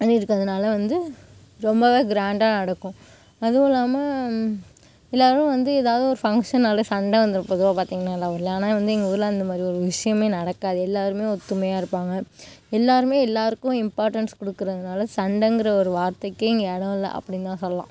அது இருக்கிறதுனால வந்து ரொம்ப கிராண்டாக நடக்கும் அதுவும் இல்லாமல் எல்லோரும் வந்து எதாவது ஒரு ஃபங்ஷன்னாலே சண்டை வந்துடும் பொதுவாக பார்த்தீங்கன்னா எல்லா ஊர்லேயும் ஆனால் எங்கூரில் அந்தமாதிரி ஒரு விஷயம் நடக்காது எல்லோருமே ஒத்துமையாக இருப்பாங்க எல்லோருமே எல்லோருக்கும் இம்பார்ட்டன்ஸ் கொடுக்குறதுனால சண்டங்கிற ஒரு வார்தைக்கு இங்கேஇடம் இல்லை அப்படினுதா சொல்லலாம்